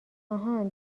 آهان